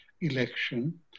election